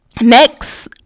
Next